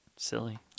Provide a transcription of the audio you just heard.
Silly